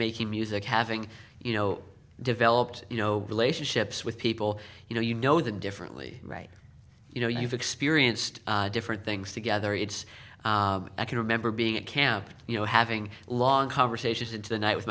making music having you know developed you know relationships with people you know you know them differently right you know you've experienced different things together it's i can remember being at camp you know having long conversations into the night with